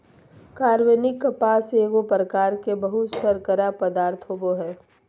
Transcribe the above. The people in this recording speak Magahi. कार्बनिक कपास एगो प्रकार के बहुशर्करा पदार्थ होबो हइ